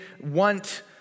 want